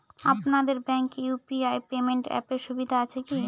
আপনাদের ব্যাঙ্কে UPI payment অ্যাপের সুবিধা আছে কি?